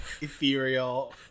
ethereal